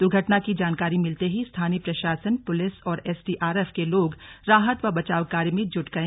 दुर्घटना की जानकारी मिलते ही स्थानीय प्रशासन पुलिस और एसडीआरएफ के लोग राहत व बचाव कार्य में जुट गए